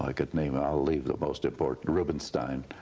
ah could name, i'll leave the most important rubenstein,